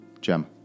Gem